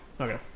Okay